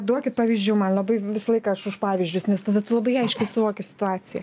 duokit pavyzdžių man labai visą laiką aš už pavyzdžius nes tada tu labai aiškiai suvoki situaciją